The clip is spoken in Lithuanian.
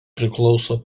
priklauso